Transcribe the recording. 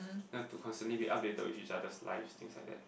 not to constantly be updated with each other's lives things like that